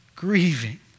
Grieving